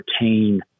retain